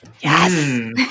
Yes